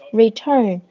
return